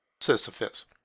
Sisyphus